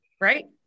right